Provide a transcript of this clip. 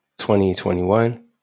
2021